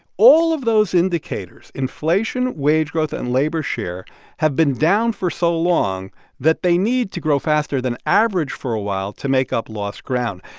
all of those indicators inflation, wage growth and labor share have been down for so long that they need to grow faster than average for a while to make up lost ground.